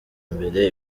imbere